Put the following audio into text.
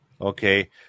Okay